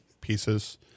pieces